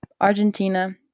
Argentina